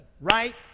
right